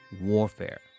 warfare